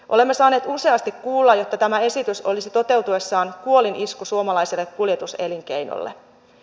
olemme saaneet useasti kuulla että tämä esitys olisi toteutuessaan kuolinisku suomalaiselle kuljetuselinkeinolle